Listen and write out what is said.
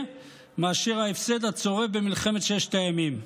מאשר ההפסד הצורב במלחמת ששת הימים.